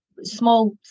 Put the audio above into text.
small